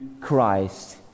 Christ